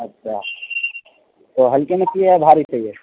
اچھا تو ہلکے میں چاہیے یا بھاری چاہیے